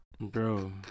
Bro